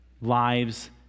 lives